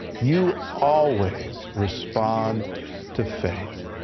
you always respond to faith.